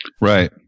Right